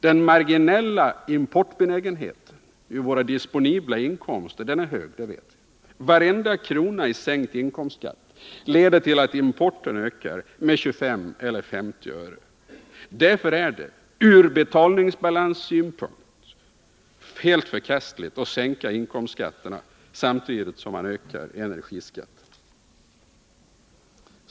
Den marginella importbenägenheten ur våra disponibla inkomster är hög — det vet vi. Varenda krona i sänkt inkomstskatt leder till att importen ökar med 25 eller 50 öre. Därför är det ur betalningsbalanssynpunkt helt förkastligt att sänka inkomstskatterna, samtidigt som man ökar energiskatterna.